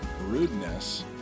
rudeness